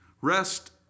rest